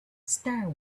star